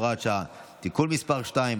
הוראת שעה) (תיקון מס' 2),